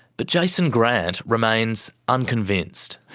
but jason grant remains unconvinced.